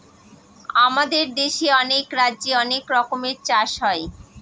আমাদের দেশে অনেক রাজ্যে অনেক রকমের চাষ হয়